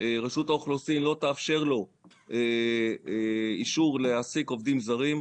רשות האוכלוסין לא תאפשר לו לקבל אישור להעסיק עובדים זרים.